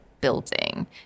building